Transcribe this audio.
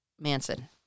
Manson